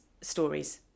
stories